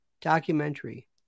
documentary